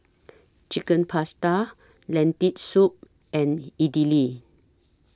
Chicken Pasta Lentil Soup and Idili